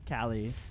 Callie